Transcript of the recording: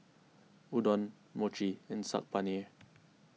Udon Mochi and Saag Paneer